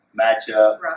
matchup